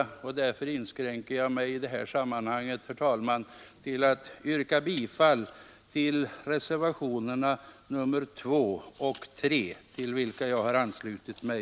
Därför inskränker jag mig i det här sammanhanget, herr talman, att yrka bifall till reservationerna 2 och 3, till vilka jag anslutit mig.